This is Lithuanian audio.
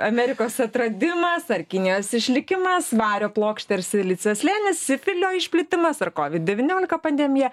amerikos atradimas ar kinijos išlikimas vario plokštė ar silicio slėnis sifilio išplitimas ar covid devyniolika pandemija